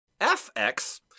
FX